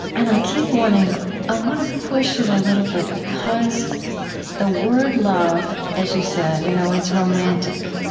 and i keep wanting i want to push you a little bit because the word love, as you said, you know it's romantic.